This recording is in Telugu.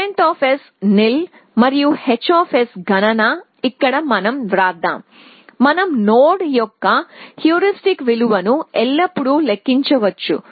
పేరెంట్ ←NIL మరియు h గణన ఇక్కడ మనం వ్రాద్దాం మనం నోడ్ యొక్క హ్యూరిస్టిక్ విలువను ఎల్లప్పుడూ లెక్కించవచ్చు